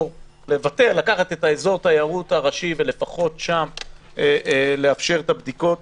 לקחת את אזור התיירות הראשי ולפחות שם לאפשר את הבדיקות.